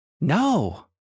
No